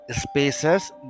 spaces